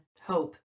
hope